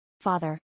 Father